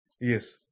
Yes